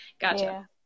gotcha